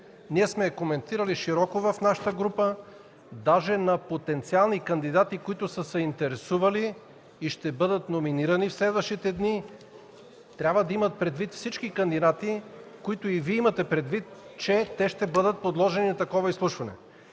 Ние сме я коментирали широко в нашата група, даже на потенциални кандидати, които са се интересували и ще бъдат номинирани през следващите дни. Трябва да имат предвид всички кандидати, които и Вие имате предвид, че ще бъдат подложени на такова изслушване.